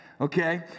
okay